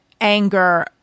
anger